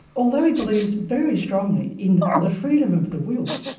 although he believes very strongly in the freedom of the will,